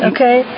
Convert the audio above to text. Okay